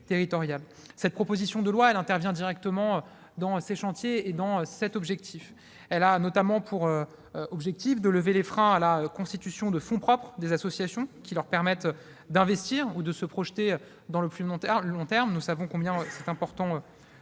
Cette proposition de loi intervient directement dans le cadre de ces chantiers et de cet objectif. Elle a notamment pour objectif de lever les freins à la constitution de fonds propres par les associations, leur permettant d'investir ou de se projeter dans le plus long terme- nous savons combien c'est important